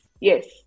Yes